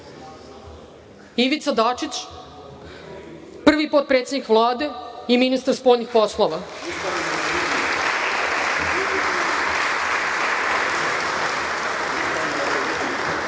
Ivica Dačić, prvi potpredsednik Vlade i ministar spoljnih poslova,